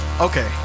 Okay